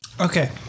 Okay